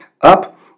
up